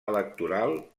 electoral